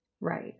Right